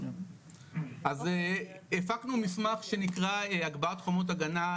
אז הפקנו מסמך שנקרא: הגבהת חומות הגנה,